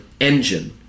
engine